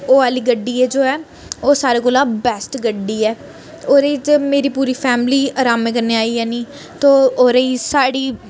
ओह् आह्ली गड्डी जो ऐ ओह् सारे कोला बेस्ट गड्डी ऐ ओह्दे च मेरी पूरी फैमिली अरामै कन्नै आई जानी तो ओरे च साढ़ी